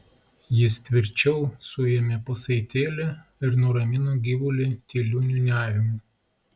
jis tvirčiau suėmė pasaitėlį ir nuramino gyvulį tyliu niūniavimu